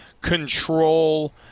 control